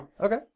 Okay